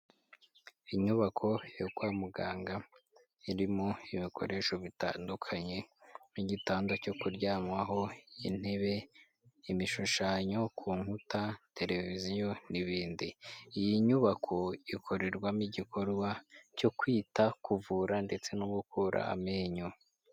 Inyubako yo kwa muganga irimo ibikoresho bitandukanye nk'igitanda cyo kuryamaho, intebe, ibishushanyo ku nkuta, televiziyo, n'ibindi. Iyi nyubako ikorerwamo igikorwa cyo kwita, kuvura ndetse no gukura amenyo.